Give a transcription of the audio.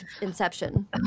inception